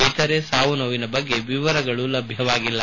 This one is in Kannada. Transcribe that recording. ಇತರೆ ಸಾವು ನೋವಿನ ಬಗ್ಗೆ ವಿವರಗಳು ಲಭ್ಯವಾಗಿಲ್ಲ